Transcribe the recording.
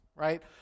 Right